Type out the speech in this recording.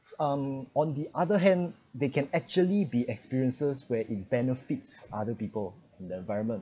um on the other hand they can actually be experiences where in benefits other people in the environment